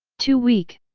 too weak!